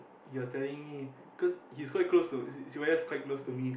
he was telling me cause he's quite close to Sivaya's quite close to me